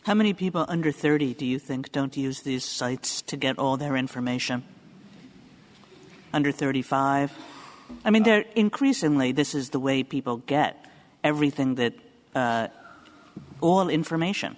how many people under thirty do you think don't use these sites to get all their information under thirty five i mean they're increasingly this is the way people get everything that on information